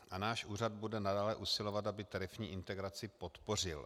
A náš úřad bude nadále usilovat, aby tarifní integraci podpořil.